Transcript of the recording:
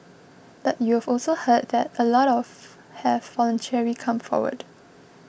but you've also heard that a lot of have voluntarily come forward